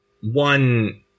One